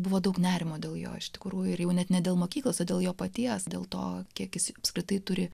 buvo daug nerimo dėl jo iš tikrųjų jau net ne dėl mokyklos o dėl jo paties dėl to kiek jis apskritai turi